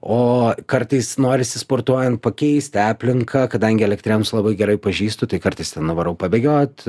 o kartais norisi sportuojant pakeisti aplinką kadangi elektrėnus labai gerai pažįstu tai kartais ten nuvarau pabėgiot